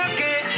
Okay